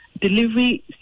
delivery